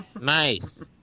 Nice